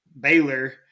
Baylor